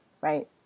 right